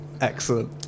excellent